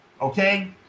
Okay